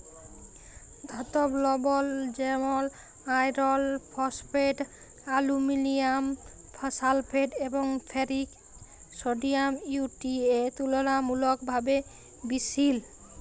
ধাতব লবল যেমল আয়রল ফসফেট, আলুমিলিয়াম সালফেট এবং ফেরিক সডিয়াম ইউ.টি.এ তুললামূলকভাবে বিশহিল